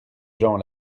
gens